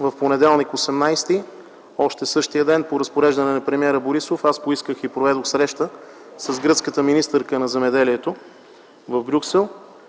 в понеделник, 18 януари 2010 г. Още същия ден по разпореждане на премиера Бойко Борисов аз поисках и проведох среща с гръцката министърка на земеделието в Брюксел,